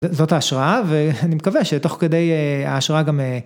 זאת ההשראה ואני מקווה שתוך כדי ההשראה גם.